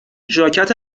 ژاکت